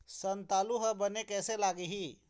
संतालु हर बने कैसे लागिही?